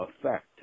effect